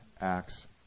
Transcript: acts